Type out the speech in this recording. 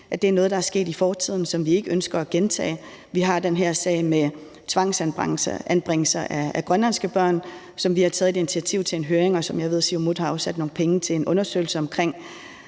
at det er noget, der er sket i fortiden, som vi ikke ønsker at gentage. Vi har den her sag med tvangsanbringelser af grønlandske børn, som vi har taget et initiativ til en høring om, og som jeg ved Siumut har afsat nogle penge til en undersøgelse om,